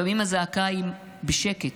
לפעמים הזעקה היא בשקט,